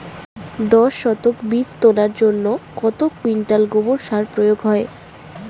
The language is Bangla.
দশ শতক বীজ তলার জন্য কত কুইন্টাল গোবর সার প্রয়োগ হয়?